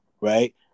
right